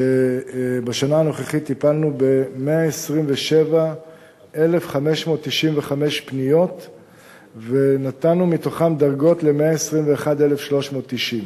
שבשנה הנוכחית טיפלנו ב-127,595 פניות ונתנו מתוכן דרגות ל-121,390.